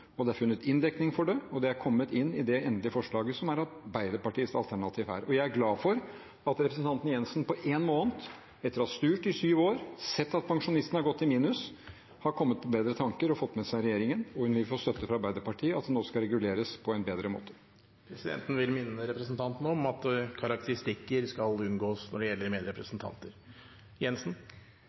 Det er funnet inndekning for det, og det er kommet inn i det endelige forslaget som er Arbeiderpartiets alternativ her. Jeg er glad for at representanten Jensen på én måned, etter å ha styrt i syv år og sett at pensjonistene har gått i minus, har kommet på bedre tanker og fått med seg regjeringen. Hun vil få støtte fra Arbeiderpartiet i at det nå skal reguleres på en bedre måte. Presidenten vil minne representanten om at karakteristikker skal unngås når det gjelder